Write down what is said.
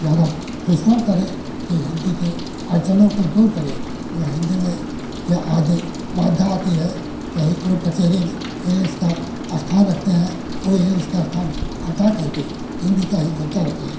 ज़्यादा परिश्रम करें कि हिन्दी के अड़चनों को दूर करे जो हिन्दी में या आगे बाधा आती है कहीं कोई कोर्ट कचहरी में ये इसका स्थान रखते हैं वह इंग्लिस का स्थान हटा करके हिन्दी का ही होता रखे